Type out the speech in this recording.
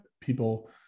people